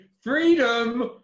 freedom